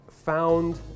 found